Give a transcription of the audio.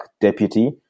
deputy